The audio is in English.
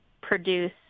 produce